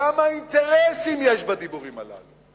כמה אינטרסים יש בדיבורים הללו.